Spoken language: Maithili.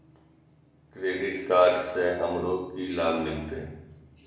क्रेडिट कार्ड से हमरो की लाभ मिलते?